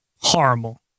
Horrible